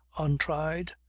untried,